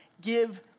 give